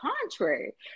contrary